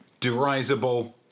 derisable